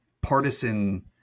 partisan